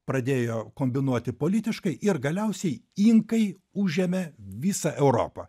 pradėjo kombinuoti politiškai ir galiausiai inkai užėmė visą europą